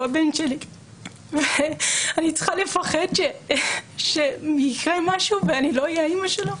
הוא הבן שלי ואני צריכה לפחד שאם יקרה משהו אני לא אהיה האימא שלו.